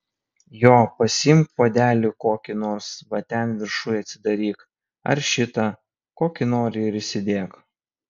jo pasiimk puodelį kokį nors va ten viršuj atsidaryk ar šitą kokį nori ir įsidėk